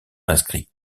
inscrit